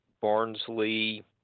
Barnsley